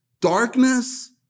Darkness